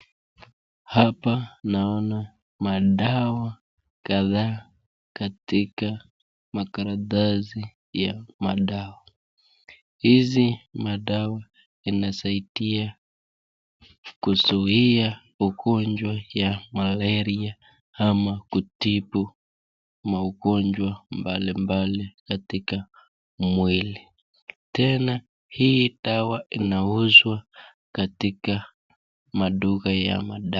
Hapa naona madawa kadha katika makaratasi ya madawa, hizi madawa inasaidia kuzuia ugonjwa ya malaria ama kutibu magonjwa mbali mbali katika mwili tena hii dawa inauzwa katika maduka ya dawa.